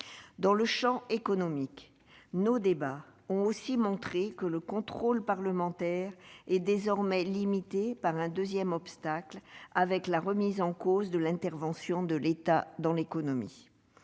Dans le champ économique, nos débats ont aussi montré que le contrôle parlementaire est désormais limité par un deuxième obstacle : la remise en cause de l'intervention de l'État dans l'économie.